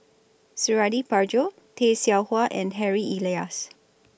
Suradi Parjo Tay Seow Huah and Harry Elias